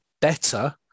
better